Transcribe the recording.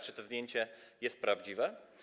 Czy to zdjęcie jest prawdziwe?